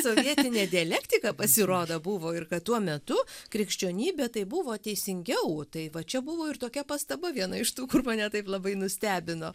sovietinė dialektika pasirodo buvo ir kad tuo metu krikščionybė tai buvo teisingiau tai va čia buvo ir tokia pastaba viena iš tų kur mane taip labai nustebino